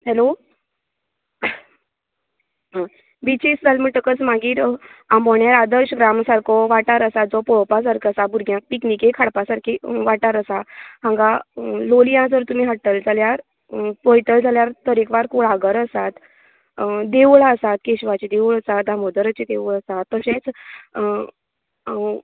hello आं बाचीज जालें म्हटकच मागीर आमोण्या आदर्श ग्राम सारको वाठार आसा जो पळोवपा सारको आसा भुरग्यांक पिकनीकेक हाडपा सारकी वाठार आसा हांगा लोलया जर तुमी हाडटलें जाल्यार पळयतले जाल्यार तरेकवार कुळागर आसात देवळां आसात केशवाचे देवूळ आसा दामोदराचे देवूळ आसा तशेंच हांव